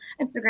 Instagram